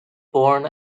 born